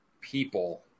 people